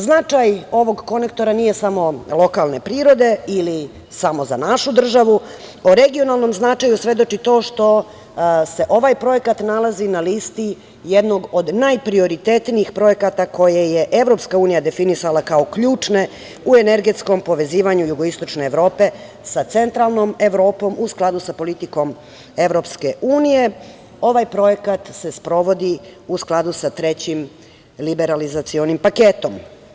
Značaj ovog konektora nije samo lokalne prirode, ili samo za našu državu, u regionalnom značaju svedoči to što se ovaj projekat nalazi na listi jednog od najprioritetnijih projekata koje je EU, definisala kao ključne u energeskom povezivanju jugoistočne Evrope, sa centralnom Evrope u skladu sa politikom EU, i ovaj projekat se sprovodi u skladu sa trećim liberalizacionim paketom.